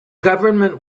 government